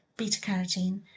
beta-carotene